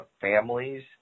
families